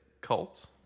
cults